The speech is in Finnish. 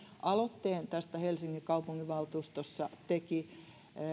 aloitteen tästä helsingin kaupunginvaltuustossa teki